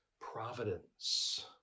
providence